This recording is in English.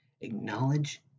Acknowledge